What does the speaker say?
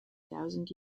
thousand